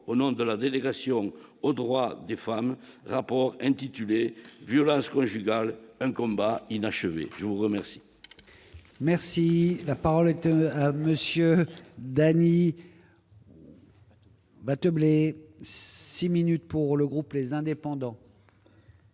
au nom de la délégation aux droits des femmes rapport intitulé violences conjugales un combat inachevé, je vous remercie.